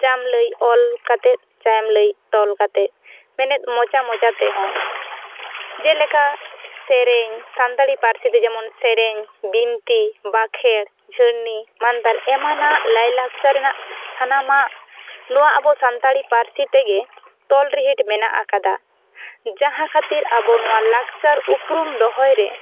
ᱪᱟᱢ ᱞᱟᱹᱭ ᱚᱞ ᱠᱟᱛᱮ ᱪᱟᱢ ᱞᱟᱹᱭ ᱛᱚᱞ ᱠᱟᱛᱮ ᱢᱮᱱᱮᱫ ᱢᱚᱪᱟ ᱢᱚᱪᱟ ᱛᱮ ᱦᱚᱸ ᱡᱮᱞᱮᱠᱟ ᱥᱮᱨᱮᱧ ᱥᱟᱱᱛᱟᱲᱤ ᱯᱟᱹᱨᱥᱤ ᱛᱮ ᱡᱮᱢᱚᱱ ᱥᱮᱨᱮᱧ ᱵᱤᱱᱛᱤ ᱵᱟᱠᱷᱮᱬ ᱡᱷᱟᱹᱨᱱᱤ ᱢᱟᱱᱛᱟᱨ ᱮᱢᱟᱱᱟᱜ ᱞᱟᱹᱭ ᱞᱟᱠᱪᱟᱨ ᱨᱮᱱᱟᱜ ᱥᱟᱱᱟᱢᱟᱜ ᱱᱚᱣᱟ ᱟᱵᱚ ᱥᱟᱱᱛᱟᱲᱤ ᱯᱟᱹᱨᱥᱤ ᱛᱮᱜᱮ ᱛᱚᱞ ᱨᱤᱦᱤᱰ ᱢᱮᱱᱟᱜ ᱟᱠᱟᱫᱟ ᱡᱟᱦᱟᱸ ᱠᱷᱟᱹᱛᱤᱨ ᱟᱵᱚ ᱱᱚᱣᱟ ᱞᱟᱠᱪᱟᱨ ᱩᱯᱩᱨᱩᱢ ᱫᱚᱦᱚᱭ ᱨᱮ